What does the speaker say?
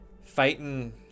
fighting